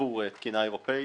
עבור תקינה אירופית.